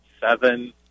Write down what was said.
seven